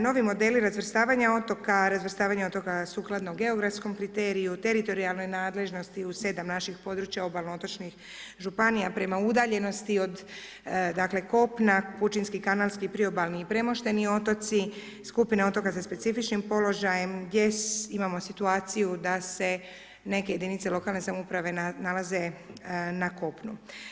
Novi modeli razvrstavanja otoka, razvrstavanje otoka sukladno geografskom kriteriju, teritorijalnoj nadležnosti u 7 naših područja obalno otočnih Županija, prema udaljenosti od kopna, pučinski, kanalski, i priobalni i premošteni otoci, skupina otoka sa specifičnim položajem, gdje imao situaciju da se neke jedinice lokalne samouprave nalaze na kopnu.